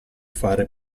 fare